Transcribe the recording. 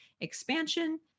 expansion